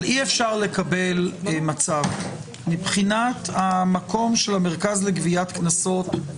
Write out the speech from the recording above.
אבל אי אפשר לקבל מצב מבחינת המקום של המרכז לגביית קנסות.